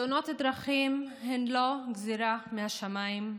תאונות הדרכים הן לא גזרה מהשמיים.